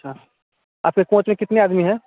अच्छा आपके कोच में कितने आदमी है